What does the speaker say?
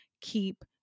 keep